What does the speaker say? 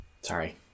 Sorry